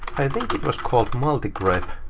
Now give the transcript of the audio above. i think it was called multigrep.